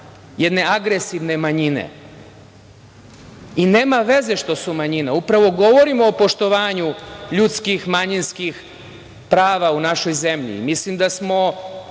jedne agresivne manjine. I nema veze što su manjina, upravo govorimo o poštovanju ljudskih manjinskih prava u našoj zemlji i mislim da smo